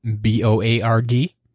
B-O-A-R-D